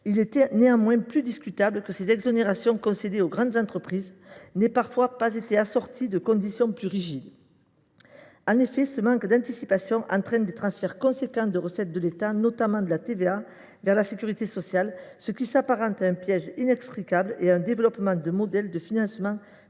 il est néanmoins plus discutable que ces exonérations concédées aux grandes entreprises n’aient parfois pas été assorties de conditions plus rigides. Ce manque d’anticipation entraîne des transferts considérables de recettes de l’État, notamment de la TVA, vers la sécurité sociale, ce qui s’apparente à un piège inextricable et à un développement de modèle de financement